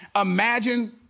Imagine